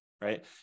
right